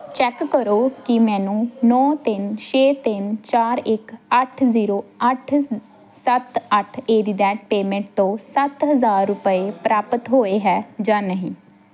check ਕਰੋ ਕੀ ਮੈਨੂੰ ਨੌਂ ਤਿੰਨ ਛੇ ਤਿੰਨ ਚਾਰ ਇੱਕ ਅੱਠ ਜ਼ੀਰੋ ਅੱਠ ਸ ਸੱਤ ਅੱਠ ਏਟ ਦੀ ਦੈਟ ਪੇਮੈਂਟ ਤੋਂ ਸੱਤ ਹਜ਼ਾਰ ਰੁਪਏ ਪ੍ਰਾਪਤ ਹੋਏ ਹੈ ਜਾਂ ਨਹੀਂ